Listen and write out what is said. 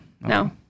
no